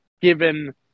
given